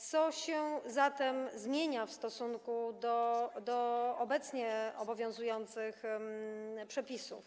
Co się zatem zmienia w stosunku do obecnie obowiązujących przepisów?